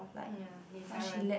mm ya 女强人